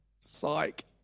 psych